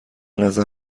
نظر